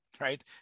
right